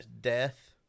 Death